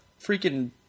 freaking